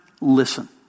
listen